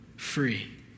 free